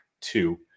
two